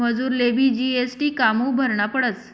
मजुरलेबी जी.एस.टी कामु भरना पडस?